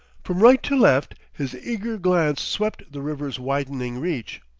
from right to left his eager glance swept the river's widening reach.